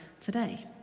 today